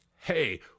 Hey